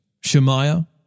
Shemaiah